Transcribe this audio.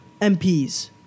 MPs